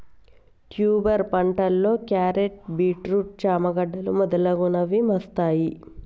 tuber పంటలో క్యారెట్లు, beetroot, చామ గడ్డలు మొదలగునవి వస్తాయ్